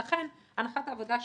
ולכן, הנחת העבודה שלי,